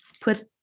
put